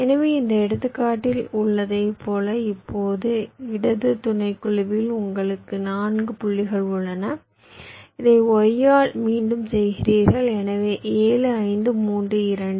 எனவே இந்த எடுத்துக்காட்டில் உள்ளதைப் போல இப்போது இடது துணைக்குழுவில் உங்களுக்கு 4 புள்ளிகள் உள்ளன இதை y ஆல் மீண்டும் செய்கிறீர்கள் எனவே 7 5 3 2